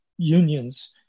Unions